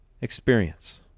experience